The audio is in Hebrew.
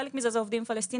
חלק מזה הם עובדים פלסטינים,